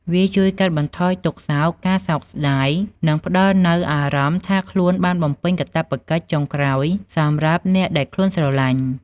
វាជួយកាត់បន្ថយទុក្ខសោក ការសោកស្តាយ និងផ្តល់នូវអារម្មណ៍ថាខ្លួនបានបំពេញកាតព្វកិច្ចចុងក្រោយសម្រាប់អ្នកដែលខ្លួនស្រឡាញ់។